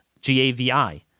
G-A-V-I